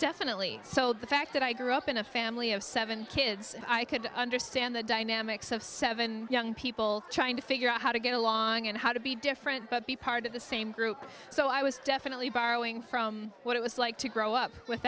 definitely so the fact that i grew up in a family of seven kids i could understand the dynamics of seven young people trying to figure out how to get along and how to be different but be part of the same group so i was definitely borrowing from what it was like to grow up with